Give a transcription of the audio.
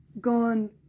gone